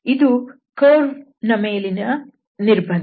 ಇದು ಕರ್ವ್ ನ ಮೇಲಿರುವ ನಿರ್ಬಂಧ